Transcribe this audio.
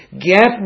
get